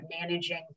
managing